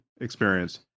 experience